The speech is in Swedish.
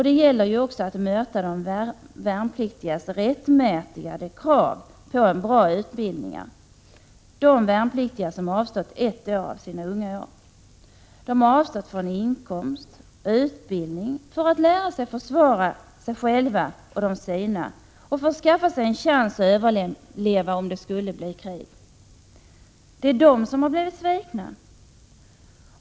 Det gäller också att möta de värnpliktigas rättmätiga krav på en bra utbildning — de värnpliktiga som avstått ett år av sina unga år. De har avstått från inkomst och utbildning för att lära sig försvara sig själva och de sina samt för att skaffa sig en chans att överleva om det skulle bli krig. Det är de som har blivit svikna.